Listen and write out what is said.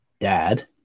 dad